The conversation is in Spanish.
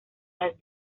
las